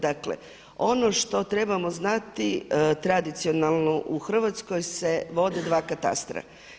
Dakle, ono što trebamo znati tradicionalno u Hrvatskoj se vode dva katastra.